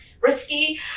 risky